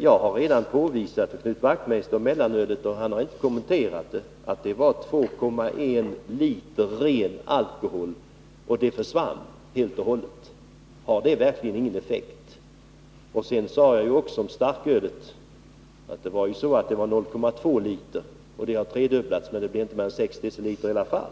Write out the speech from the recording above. Jag har redan påvisat effekterna av mellanölsförbudet för Knut Wachtmeister, men han har inte kommenterat det resonemanget. Har det verkligen ingen effekt att en konsumtion av 2,1 liter ren alkohol per person har försvunnit helt och hållet? Jag sade också att starkölskonsumtionen motsvarade 0,2 liter per person och att den tredubblades, men det betyder ändå inte mer än 0,6 liter per person.